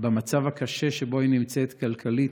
במצב הקשה שבו היא נמצאת כלכלית,